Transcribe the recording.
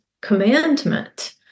commandment